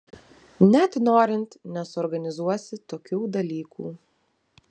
net norint nesuorganizuosi tokių dalykų